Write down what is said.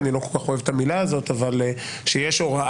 אני לא כל כך אוהב את המילה הזאת, אבל כשיש הוראה,